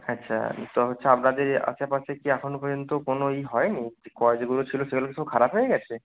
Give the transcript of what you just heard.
আচ্ছা তো হচ্ছে আপনাদের এই আশপাশে কি এখনও পর্যন্ত কোনো ইয়ে হয়নি যে কল যেগুলো ছিল সেগুলো কি সব খারাপ হয়ে গেছে